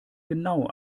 genau